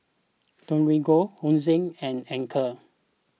Torigo Hosen and Anchor